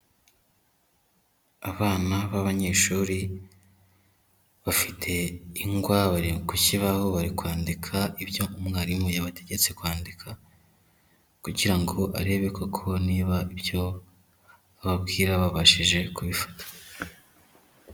Abana b'abanyeshuri, bafite ingwa bari ku kibaho bari kwandika ibyo umwarimu yabategetse kwandika, kugira ngo arebe koko niba ibyo ababwira babashije kubifata.